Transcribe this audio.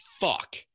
fuck